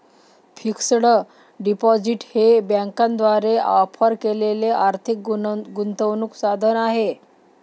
fixed deposit हे बँकांद्वारे offer केलेले आर्थिक गुंतवणूक साधन आहे